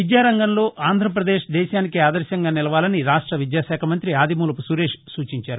విద్యా రంగంలో ఆంధ్రాపదేశ్ దేశానికే ఆదర్భంగా నిలవాలని రాష్ట విద్యాశాఖ మంతి ఆదిమూలపు సురేష్ సూచించారు